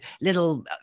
little